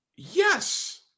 yes